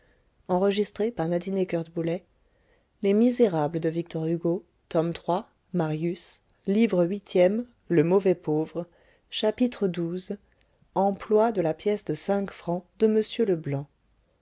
chapitre xii emploi de la pièce de cinq francs de m leblanc